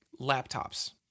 laptops